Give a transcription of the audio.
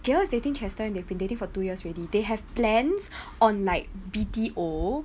gill is dating chester and they've been dating for two years ready they have plans on like B_T_O